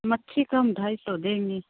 मछली का हम ढाई सौ देंगे